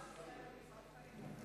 גם פרס ישראל על מפעל חיים.